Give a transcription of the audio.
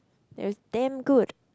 it was damn good